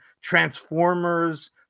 transformers